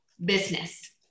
business